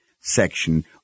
section